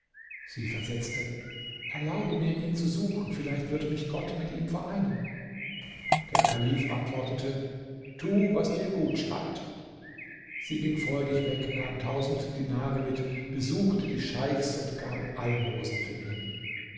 sie versetzte erlaube mir ihn zu suchen vielleicht wird mich gott mit ihm vereinen der kalif antwortete tu was dir gut scheint sie ging freudig weg nahm tausend dinare mit besuchte die scheichs und gab almosen für ihn